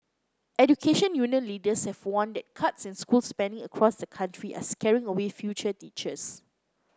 education union leaders have warned that cuts in school spending across the country are scaring away future teachers